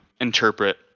interpret